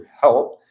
help